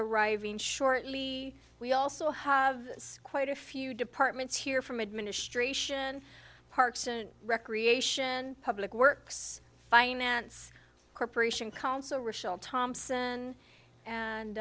arriving shortly we also have quite a few departments here from administration parks and recreation public works finance corporation counsel rachel thompson